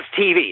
TV